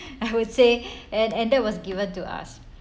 I would say and and that was given to us